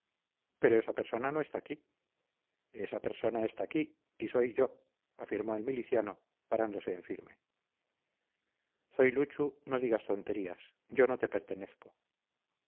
pero esa persona no está aquí esa persona está aquí y soy yo afirmó el miliciano parándose en firme zoiluchu no digas tonterías yo no te pertenezco